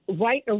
right